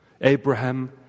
Abraham